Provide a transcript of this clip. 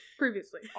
previously